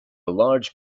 large